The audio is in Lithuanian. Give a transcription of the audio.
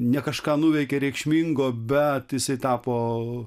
ne kažką nuveikė reikšmingo bet jisai tapo